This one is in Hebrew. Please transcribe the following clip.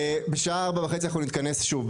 בשעה 16:30 אנחנו נתכנס שוב.